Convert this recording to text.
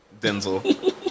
Denzel